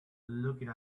looking